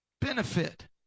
benefit